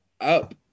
up